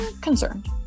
concerned